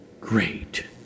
great